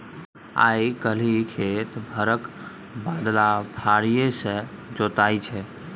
आइ काल्हि खेत हरक बदला फारीए सँ जोताइ छै